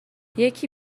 یکی